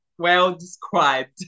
well-described